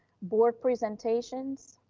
board presentations,